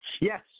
Yes